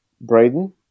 Braden